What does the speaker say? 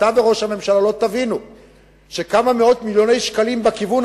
אם אתה וראש הממשלה לא תבינו שכמה מאות מיליוני שקלים בכיוון